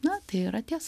na tai yra tiesa